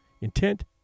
intent